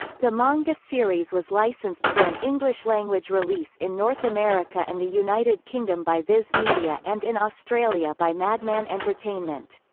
the manga series was licensed for an english language release in north america and the united kingdom by viz media and in australia by madman entertainment.